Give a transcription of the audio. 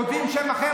כותבים שם אחר,